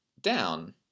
down